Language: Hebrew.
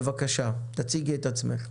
בבקשה, תציגי את עצמך.